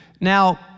Now